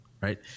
right